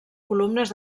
columnes